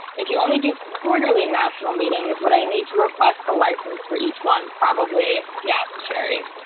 if you only do quarterly national meetings what i need to request the license for each one probably yes, sherry,